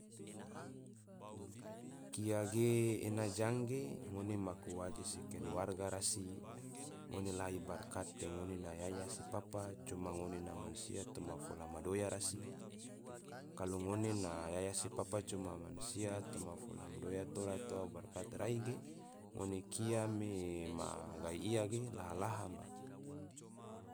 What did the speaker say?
kia ge ena jang ge ngone maku waje se keluarga rasi, ngone lahi barakat te ngone na yaya se papa coma ngone na mansia toma fola madoya rasi, kalo ngone na yaya se papa coma mansia toma fola madoya tora toa barakat rai ge, ngone kia me ma gai ia ge laha laha ma